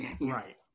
Right